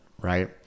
right